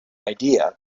idea